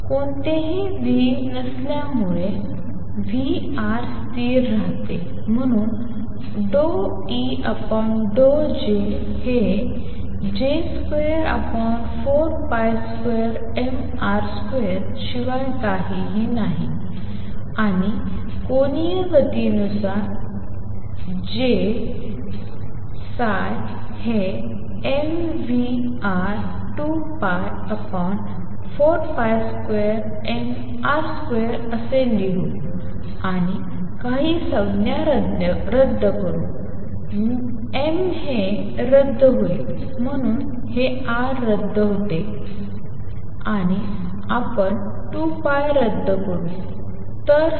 कोणतेही V नसल्यामुळे V स्थिर राहते आणि म्हणून ∂EJ हे J242mR2 शिवाय काहीही नाही आणि कोनीय गतीनुसार J ϕ हे mvR2π42mR2 असे लिहू आणि काही संज्ञा रद्द करू m हे रद्द होईल म्हणून हे R रद्द होते आणि आपण 2 π रद्द करू